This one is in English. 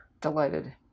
Delighted